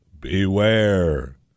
beware